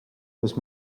kus